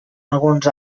alguns